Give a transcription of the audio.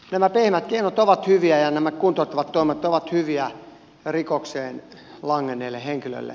nämä pehmeät keinot ja nämä kuntouttavat toimet ovat hyviä rikokseen langenneelle henkilölle